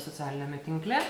socialiniame tinkle